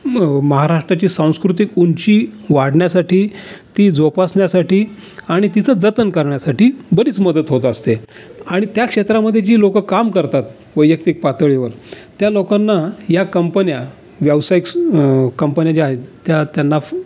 म महाराष्ट्राची सांस्कृतिक उंची वाढण्यासाठी ती जोपासण्यासाठी आणि तिचं जतन करण्यासाठी बरीच मदत होत असते आणि त्या क्षेत्रामध्ये जी लोकं काम करतात वैयक्तिक पातळीवर त्या लोकांना या कंपन्या व्यावसायिक कंपन्या ज्या आहेत त्या त्यांना